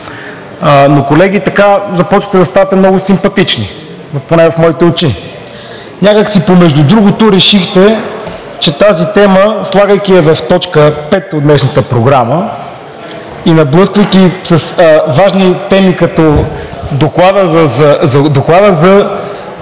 но колеги, така започвате да ставате много симпатични, поне в моите очи. Някак си помежду другото решихте, че тази тема, слагайки я в точка пет от днешната програма и наблъсквайки с важни теми, като за